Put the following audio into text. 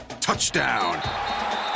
Touchdown